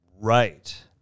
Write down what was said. right